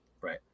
Right